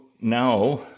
now